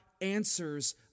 answers